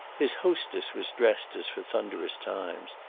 his hostess was dressed as for thunderous times,